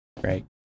great